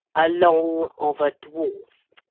along of a dwarf.